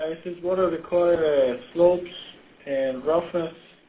says what are the slopes and roughness